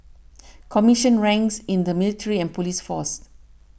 commissioned ranks in the military and police force